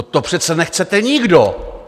To přece nechcete nikdo.